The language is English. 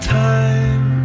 time